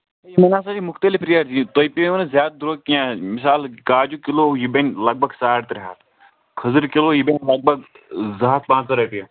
ہے یِمن ہسا چھِ مُختٔلِف ریٹ تۄہہِ پیٚیوٕ نہٕ زیادٕ درٛوگ کینٛہہ مِثال کاجوٗ کِلوٗ یہِ بَنہِ لگ بگ ساڈ ترٛےٚ ہَتھ کھٔزٕر کِلوٗ یہِ بَنہِ لگ بگ زٕ ہَتھ پانٛژٕترٕٛہ رۄپیہِ